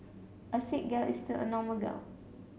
a sick gal is still a normal gal